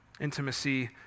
Intimacy